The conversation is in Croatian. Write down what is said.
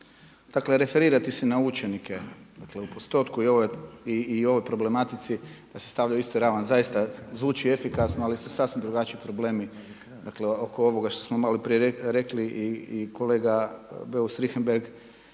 dakle referirati se na učenike, dakle u postotku i ovoj problematici da se stavlja u istu ravan zaista zvuči efikasno ali su sasvim drugačiji problemi, dakle oko ovoga što smo malo prije rekli i kolega Beus Richembergh